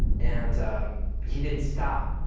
and he didn't stop.